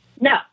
No